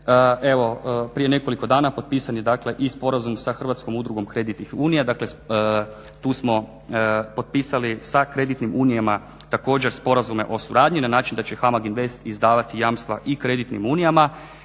Evo prije nekoliko dana potpisan je dakle sa Hrvatskom udrugom kreditnih unija. Dakle, tu smo potpisali sa kreditnim unijama također sporazume o suradnji na način da će HAMAG INVEST izdavati jamstva i kreditnim unijama.